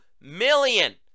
million